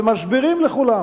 והם מסבירים לכולם